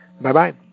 bye-bye